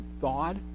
thawed